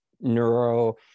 neuro